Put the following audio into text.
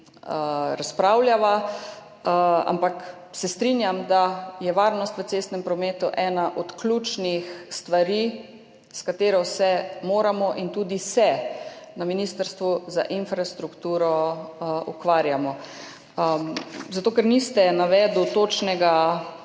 razpravljava, ampak se strinjam, da je varnost v cestnem prometu ena od ključnih stvari, s katero se moramo in tudi se na Ministrstvu za infrastrukturo ukvarjamo. Zato ker niste navedel točnega